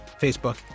Facebook